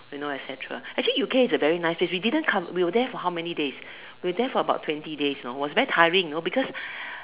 you know et-cetera actually U_K is a very nice place we didn't co we were there for how many days we were there for about twenty days you know was very tiring you know because